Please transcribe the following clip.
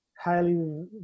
highly